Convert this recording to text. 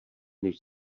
než